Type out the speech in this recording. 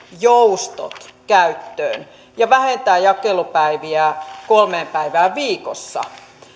joustot käyttöön ja vähentää jakelupäiviä kolmeen päivään viikossa